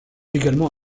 également